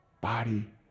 body